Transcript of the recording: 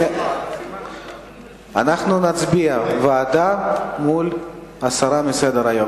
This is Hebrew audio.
אנחנו נצביע: ועדה מול הסרה מסדר-היום.